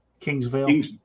Kingsville